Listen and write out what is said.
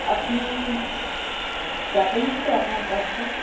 আপনি যাবেন তো আপনার বাচ্চা